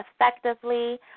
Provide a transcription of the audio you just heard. effectively